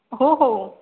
हो हो